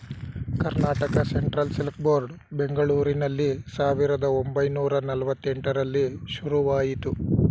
Karnataka Central Silk Board ಬೆಂಗಳೂರಿನಲ್ಲಿ ಸಾವಿರದ ಒಂಬೈನೂರ ನಲ್ವಾತ್ತೆಂಟರಲ್ಲಿ ಶುರುವಾಯಿತು